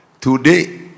today